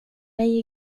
mig